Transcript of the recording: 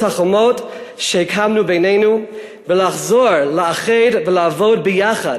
החומות שהקמנו בינינו ולחזור לאחד ולעבוד ביחד